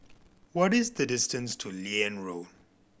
what is the distance to Liane Road